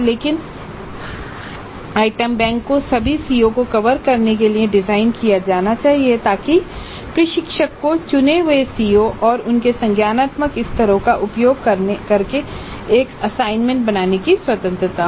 लेकिन item bank को सभी सीओ को कवर करने के लिए डिज़ाइन किया जाना चाहिए ताकि प्रशिक्षक को चुने हुए सीओ और उनके संज्ञानात्मक स्तरों का उपयोग करके एक असाइनमेंट बनाने की स्वतंत्रता हो